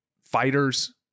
fighters